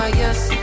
yes